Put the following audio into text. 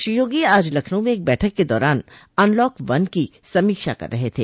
श्री योगी आज लखनऊ में एक बैठक के दौरान अनलॉक वन की समीक्षा कर रहे थे